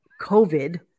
covid